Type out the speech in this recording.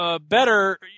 better